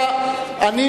אנשים,